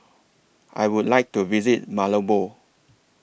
I Would like to visit Malabo